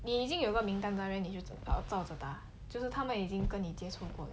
你已经有个名单 mah 你就走不了着大就是他们已经跟你接触过